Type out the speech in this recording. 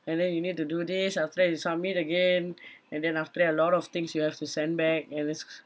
and then you need to do this after that you submit again and then after that a lot of things you have to send back and it's